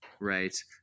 right